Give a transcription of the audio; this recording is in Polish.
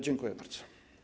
Dziękuję bardzo.